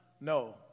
No